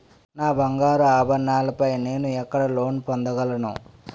నా బంగారు ఆభరణాలపై నేను ఎక్కడ లోన్ పొందగలను?